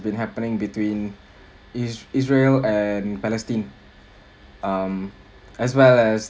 been happening between is~ israel and palestine um as well as